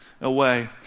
away